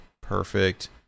perfect